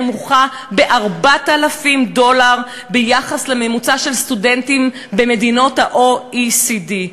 נמוכה ב-4,000 דולר מהממוצע במדינות ה-OECD,